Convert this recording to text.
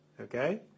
Okay